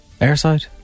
Airside